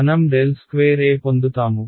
మనం ∇2E పొందుతాము